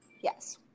Yes